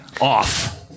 off